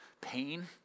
pain